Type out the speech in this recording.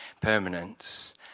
permanence